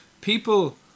people